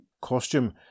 costume